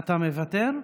אתה מוותר?